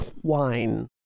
twine